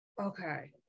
Okay